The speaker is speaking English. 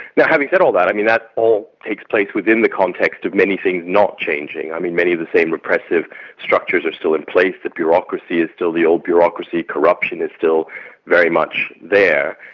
now having said all that, i mean, that all takes place within the context of many things not changing. i mean, many of the same repressive structures are still in place, the bureaucracy is still the old bureaucracy, corruption is still very much there,